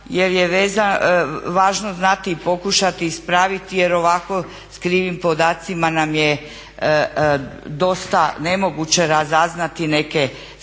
jer je važno znati i pokušati ispraviti jer ovako sa krivim podacima nam je dosta nemoguće razaznati neke stvari